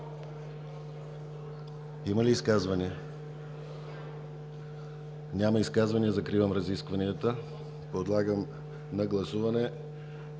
Има ли изказвания? Няма изказвания. Закривам разискванията. Подлагам на гласуване